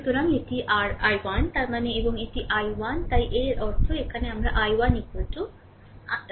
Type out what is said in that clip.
সুতরাং এটি rI1 তার মানে এবং এটি I 1 তাই এর অর্থ এখানে আমার I1 i 1